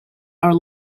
are